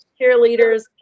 cheerleaders